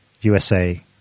USA